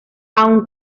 aun